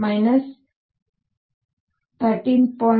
69 eV 13